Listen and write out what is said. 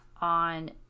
on